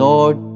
Lord